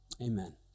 amen